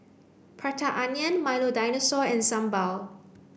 prata onion Milo Dinosaur and sambal